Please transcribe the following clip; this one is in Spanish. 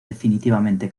definitivamente